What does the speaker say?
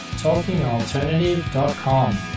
talkingalternative.com